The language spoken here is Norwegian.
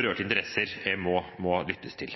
berørte interesser må lyttes til.